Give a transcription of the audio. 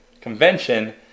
convention